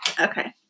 Okay